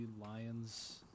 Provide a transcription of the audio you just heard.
Lions